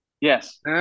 Yes